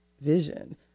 vision